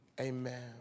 Amen